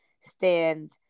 stand